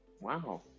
Wow